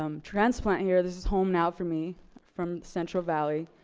um transplant here. this is home now for me from central valley.